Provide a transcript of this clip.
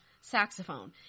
saxophone